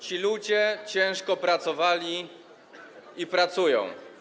Ci ludzie ciężko pracowali i pracują.